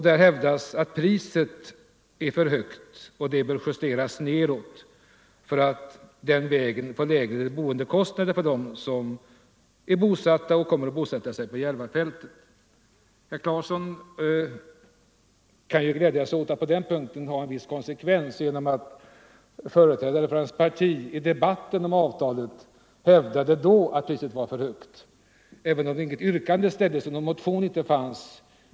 Där hävdas att priset är för högt och bör justeras nedåt för att man den vägen skall åstadkomma lägre boendekostnader för dem som är bosatta och kommer att bosätta sig på Järvafältet. Herr Claeson kan glädja sig åt att han på den punkten uppträder med en viss konsekvens. Företrädare för hans parti hävdade nämligen i debatten om avtalet att priset var för högt, även om det inte fanns någon motion om den saken.